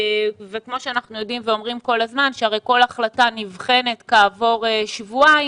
וכמו שאנחנו יודעים ואומרים כל הזמן שהרי כל החלטה נבחנת כעבור שבועיים.